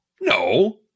no